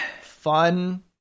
fun